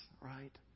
right